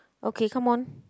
okay come on